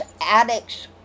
addicts